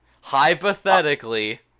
Hypothetically